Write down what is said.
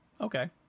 Okay